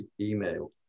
email